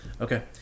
Okay